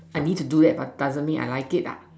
I need to do that but doesn't mean I like it ah